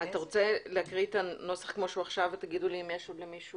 אתה רוצה להקריא את הנוסח כמו שהוא עכשיו ותגידו לי אם יש עוד למישהו